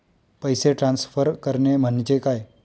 पैसे ट्रान्सफर करणे म्हणजे काय?